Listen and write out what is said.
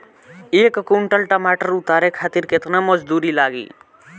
एक कुंटल टमाटर उतारे खातिर केतना मजदूरी लागी?